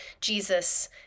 Jesus